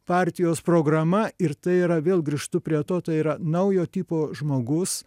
partijos programa ir tai yra vėl grįžtu prie to tai yra naujo tipo žmogus